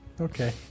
Okay